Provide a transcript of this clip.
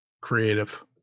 Creative